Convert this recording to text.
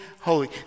holy